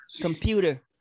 computer